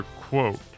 quote